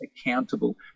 accountable